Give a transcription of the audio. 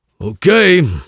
Okay